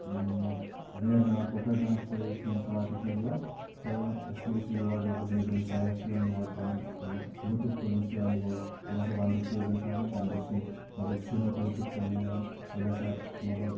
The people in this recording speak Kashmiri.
ویرناگ کۄکر ناگ چھُ یَتھ سٲنِس علاقَس منٛز یِوان تہٕ اس لیے چھِ یور مطلب نؠبرِم سیاح چھِ یِوَان یور پَنُن مطلب لُطف تُلنہِ چھِ یِوَان یور ییٚلہِ ہسا وَندُک سیٖزن چھُ آسان تَمہِ دۄہ چھِ یِم مطلب شیٖنُک لطف تُلنہٕ یِوان ییٚلہِ ہسا مطلب